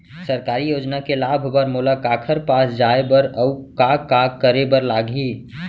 सरकारी योजना के लाभ बर मोला काखर पास जाए बर अऊ का का करे बर लागही?